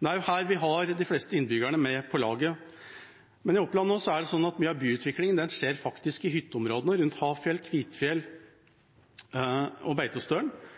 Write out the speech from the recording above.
Det er her vi har de fleste innbyggerne med på laget. Men i Oppland skjer mye av byutviklingen nå faktisk i hytteområdene rundt Hafjell, Kvitfjell og Beitostølen.